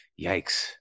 Yikes